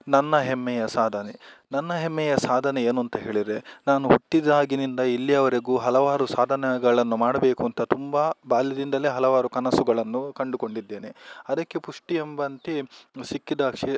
ನನ್ನ ಹೆಮ್ಮೆಯ ಸಾಧನೆ ನನ್ನ ಹೆಮ್ಮೆಯ ಸಾಧನೆ ಏನು ಅಂತ ಹೇಳಿದ್ರೆ ನಾನು ಹುಟ್ಟಿದಾಗಿನಿಂದ ಇಲ್ಲಿಯವರೆಗೂ ಹಲವಾರು ಸಾಧನೆಗಳನ್ನು ಮಾಡಬೇಕಂತ ತುಂಬಾ ಬಾಲ್ಯದಿಂದಲೇ ಹಲವಾರು ಕನಸುಗಳನ್ನು ಕಂಡು ಕೊಂಡಿದ್ದೇನೆ ಅದಕ್ಕೆ ಪುಷ್ಟಿ ಎಂಬಂತೆ ಸಿಕ್ಕಿದ ಕ್ಷೇ